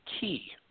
key